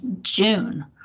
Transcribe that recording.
June